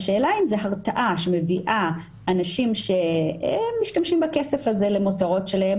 השאלה היא אם זו הרתעה שמביאה אנשים שמשתמשים בכסף הזה למותרות שלהם,